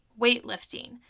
weightlifting